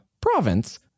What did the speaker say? province